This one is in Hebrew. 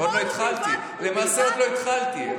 הכול, ובלבד שאחמד טיבי, למעשה עוד לא התחלתי.